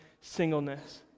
singleness